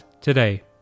today